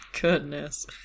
Goodness